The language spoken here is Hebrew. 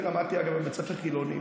אני למדתי בבית ספר חילוני,